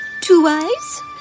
Two-Eyes